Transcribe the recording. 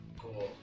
cool